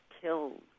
killed